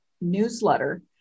newsletter